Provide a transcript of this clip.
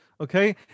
okay